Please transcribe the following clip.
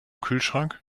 kühlschrank